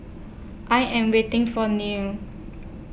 I Am waiting For Nils